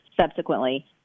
subsequently –